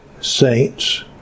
saints